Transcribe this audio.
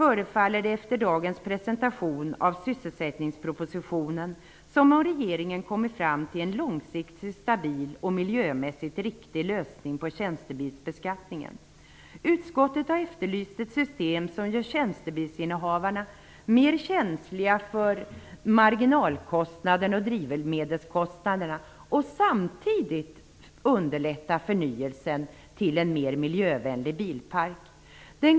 I och med dagens presentation av sysselsättningspropositionen förefaller regeringen ha kommit fram till en långsiktigt stabil och miljömässigt riktig lösning på frågan om tjänstebilsbeskattningen. Utskottet har efterlyst ett system som gör tjänstebilsinnehavarna mera känsliga för marginalkostnaden och för drivmedelskostnader och som samtidigt underlättar förnyelsen mot en mera miljövänlig bilpark.